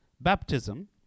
baptism